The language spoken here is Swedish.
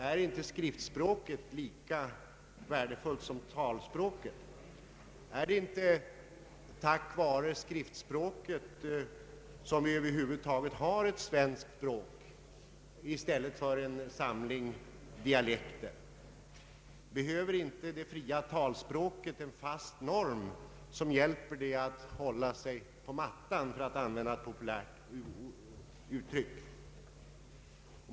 är inte skriftspråket lika värdefullt som talspråket? är det inte tack vare skriftspråket som vi över huvud taget har ett svenskt språk i stället för en samling dialekter? Behöver inte det fria talspråket en fast norm, som hjälper det att hålla sig på mattan, för att använda ett populärt uttryck?